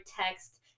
text